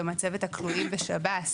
במצבת הכלואים בשב"ס,